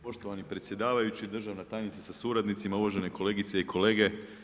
Poštovani predsjedavajući, državna tajnica sa suradnicima, uvažene kolegice i kolege.